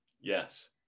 Yes